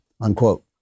unquote